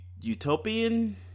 Utopian